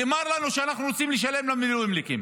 נאמר לנו: אנחנו רוצים לשלם למילואימניקים,